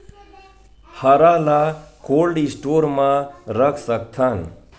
हरा ल cold store म रख सकथन?